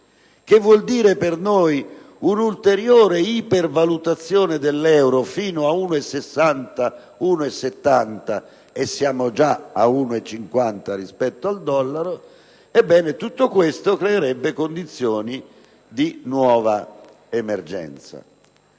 ciò comporterebbe una ulteriore ipervalutazione dell'euro fino a 1,60 o 1,70 (e siamo già a 1,50 rispetto al dollaro). Tutto questo creerebbe condizioni di nuova emergenza.